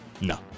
No